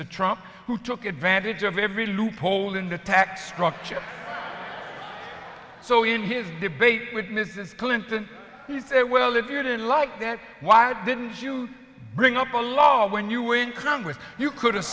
mr trump who took advantage of every loophole in the tax structure so in his debate with mrs clinton he said well if you didn't like that why didn't you bring up a law when you were in congress you could have